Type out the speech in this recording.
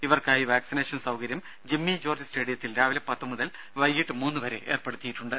ഇവർക്കായി വാക്സിനേഷൻ സൌകര്യം ജിമ്മി ജോർജ് സ്റ്റേഡിയത്തിൽ രാവിലെ പത്തുമുതൽ വൈകീട്ടു മൂന്നു വരെ ഏർപ്പെടുത്തിയിട്ടുണ്ട്